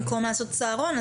במקום לעשות צהרון,